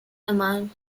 among